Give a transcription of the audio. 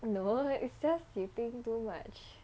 no is just you think too much